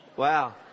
Wow